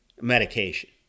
medication